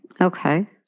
Okay